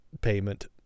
payment